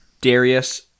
Darius